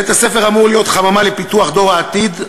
בית-הספר אמור להיות חממה לפיתוח דור העתיד,